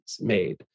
made